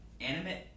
animate